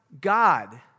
God